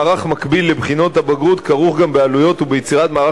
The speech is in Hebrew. מערך מקביל לבחינות הבגרות כרוך גם בעלויות וביצירת מערך